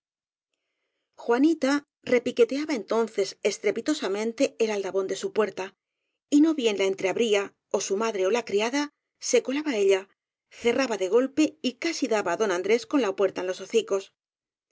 juanita repiqueteaba entonces estrepitosamente el aldabón de su puerta y no bien la entreabría ó su madre ó la criada se colaba ella cerraba de golpe y casi daba á don andrés con la puerta en los hocicos